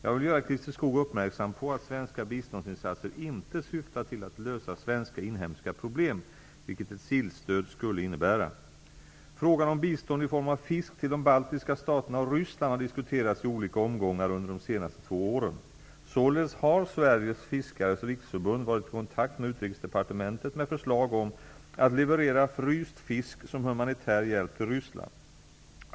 Jag vill göra Christer Skoog uppmärksam på att svenska biståndsinsatser inte syftar till att lösa svenska inhemska problem, vilket ett sillstöd skulle innebära. Frågan om bistånd i form av fisk till de baltiska staterna och Ryssland har diskuterats i olika omgångar under de senaste två åren. Således har Sveriges Fiskares Riksförbund varit i kontakt med Utrikesdepartementet med förslag om att leverera fryst fisk som humanitär hjälp till Ryssland.